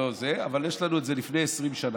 אבל יש לנו את זה לפני 20 שנה.